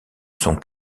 son